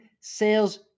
sales